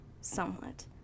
somewhat